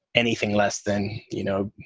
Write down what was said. anything less than, you know,